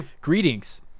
greetings